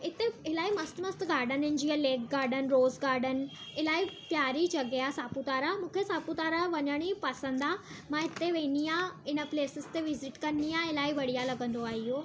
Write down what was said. हिते इलाही मस्तु मस्तु गाडननि जी आहे लेक गाडन रोज़ गाडन इलाही प्यारी जॻह सापुतारा मूंखे सापुतारा वञण ई पसंदि आहे मां हिते वेंदी आहियां हिन प्लेसिस ते विज़ीट कंदी आहियां इलाही बढ़िया लॻंदो आहे इहो